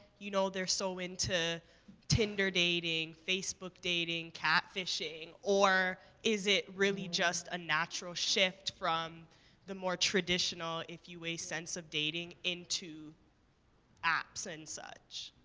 you know, they're so into tinder dating, facebook dating, catfishing, or is it really just a natural shift from the more traditional, if you weigh sense of dating into apps and such?